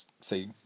say